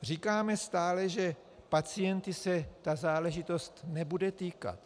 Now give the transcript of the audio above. Říkáme stále, že pacientů se ta záležitost nebude týkat.